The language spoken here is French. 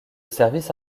service